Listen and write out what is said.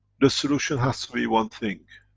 the solution has to be one thing,